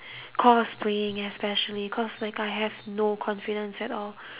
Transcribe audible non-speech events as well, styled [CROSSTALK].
[BREATH] cosplaying especially cause like I have no confidence at all